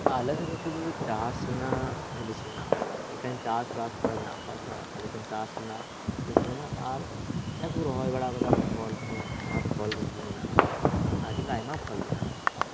ᱟᱞᱮᱥᱮᱫ ᱥᱩᱫᱩ ᱪᱟᱥ ᱨᱮᱱᱟᱜ ᱡᱤᱱᱤᱥ ᱢᱮᱱᱟᱜᱼᱟ ᱮᱠᱮᱱ ᱪᱟᱥ ᱵᱟᱥ ᱦᱚᱲ ᱢᱮᱱᱟᱜ ᱠᱚᱣᱟ ᱛᱚ ᱟᱞᱮ ᱴᱷᱮᱱ ᱪᱟᱥ ᱨᱮᱱᱟᱜ ᱡᱤᱱᱤᱥ ᱢᱮᱱᱟᱜᱼᱟ ᱟᱨ ᱡᱟᱠᱚ ᱨᱚᱦᱚᱭ ᱵᱟᱲᱟ ᱜᱚᱫᱟ ᱯᱷᱚᱥᱚᱞ ᱚᱱᱟ ᱠᱚ ᱢᱮᱱᱟᱜᱼᱟ ᱠᱤᱱᱛᱩ ᱟᱭᱢᱟ ᱯᱷᱚᱞ ᱢᱮᱱᱟᱜᱼᱟ